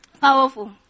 powerful